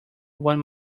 one